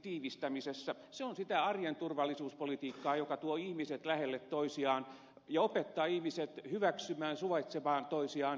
se on sitä arjen turvallisuuspolitiikkaa joka tuo ihmiset lähelle toisiaan ja opettaa ihmiset hyväksymään toisensa suvaitsemaan toisiaan